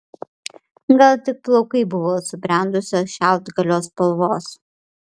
gal tik plaukai buvo subrendusio šiaudgalio spalvos